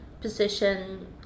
position